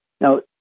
Now